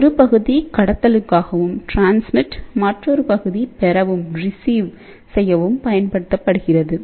ஒரு பகுதி கடத்தலுக்காகவும் மற்றொரு பகுதி பெறவும் பயன்படுத்தப்படுகிறது